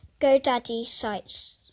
GoDaddySites